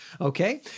Okay